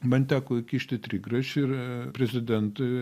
man teko įkišti trigrašį ir prezidentui